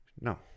No